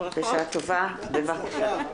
בשעה טובה, בבקשה.